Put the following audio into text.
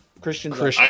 Christian